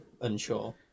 unsure